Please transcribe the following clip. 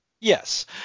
Yes